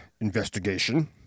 investigation